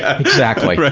ah exactly.